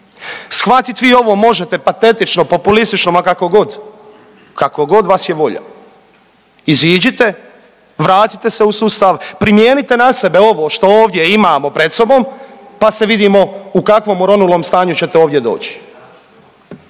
Shvatit vi ovo možete patetično, populistično, ma kako god, kako god vas je volja. Iziđite, vratite se u sustav, primijenite na sebe ovo što ovdje imamo pred sobom pa se vidimo u kakvom oronulom stanju ćete ovdje doći.